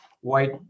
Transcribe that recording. white